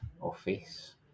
office